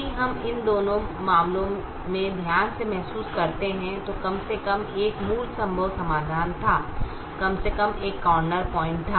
यदि हम इन दोनों मामलों में ध्यान से महसूस करते हैं तो कम से कम एक मूल संभव समाधान था कम से कम एक कॉर्नर पॉइंट था